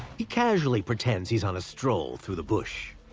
he casually pretends he's on a stroll through the bush.